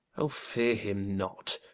o feare him not,